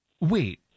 Wait